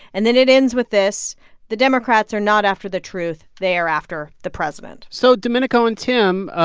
and then it ends with this the democrats are not after the truth. they are after the president so, domenico and tim,